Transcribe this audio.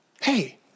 hey